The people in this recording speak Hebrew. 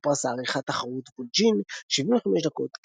- זוכה פרס העריכה תחרות וולג'ין 75 דקות קשת,